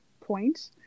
point